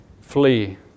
flee